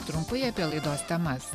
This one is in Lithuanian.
trumpai apie laidos temas